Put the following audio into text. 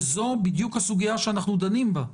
זו בדיוק הסוגיה שאנחנו דנים בה.